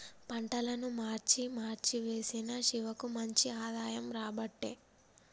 పంటలను మార్చి మార్చి వేశిన శివకు మంచి ఆదాయం రాబట్టే